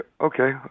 okay